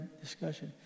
discussion